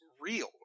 real